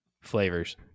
flavors